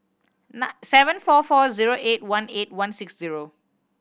seven four four zero eight one eight one six zero